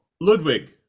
Ludwig